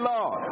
Lord